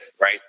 right